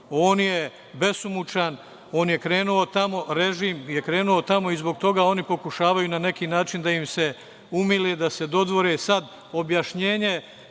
On je besomučan, on je krenuo tamo, režim je krenuo tamo i zbog toga oni pokušavaju na neki način da im se umile, da se dodvore. Sad objašnjenje,